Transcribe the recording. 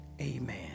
amen